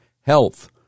health